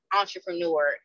entrepreneur